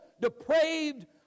depraved